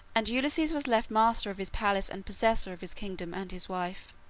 and ulysses was left master of his palace and possessor of his kingdom and his wife.